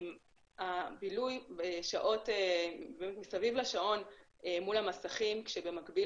בילוי מסביב לשעון מול המסכים כשבמקביל